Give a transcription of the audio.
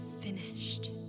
finished